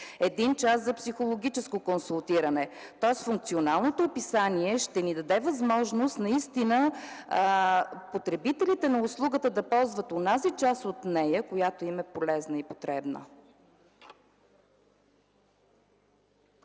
1 час за психологическо консултиране. Тоест функционалното описание ще ни даде възможност наистина потребителите на услугата да ползват онази част от нея, която им е полезна и потребна.